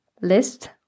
list